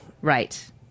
Right